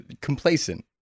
complacent